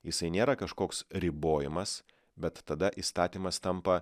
jisai nėra kažkoks ribojimas bet tada įstatymas tampa